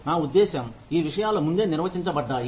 నా ఉద్దేశ్యం ఈ విషయాలు ముందే నిర్వచించబడ్డాయి